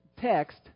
text